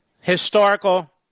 historical